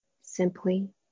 Simply